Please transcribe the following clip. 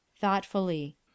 Thoughtfully